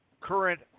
current